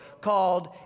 called